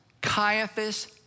Caiaphas